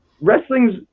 wrestling's